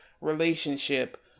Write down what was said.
relationship